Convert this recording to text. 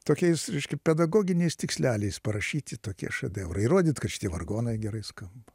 tokiais reiškia pedagoginiais tiksleliais parašyti tokie šedevrai įrodyt kad šitie vargonai gerai skamba